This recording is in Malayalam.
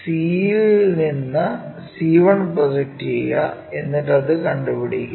c യിൽ നിന്ന് c1 പ്രൊജക്റ്റ് ചെയ്യുക എന്നിട്ടു അത് കണ്ടുപിടിക്കുക